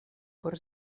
por